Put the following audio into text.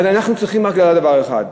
אנחנו צריכים לדעת דבר אחד,